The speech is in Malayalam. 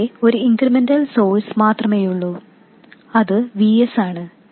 ഇവിടെ ഒരു ഇൻക്രിമെന്റൽ സോഴ്സ് മാത്രമേയുള്ളൂ അത് V s ആണ്